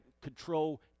control